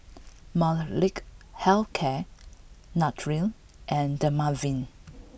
Molnylcke health care Nutren and Dermaveen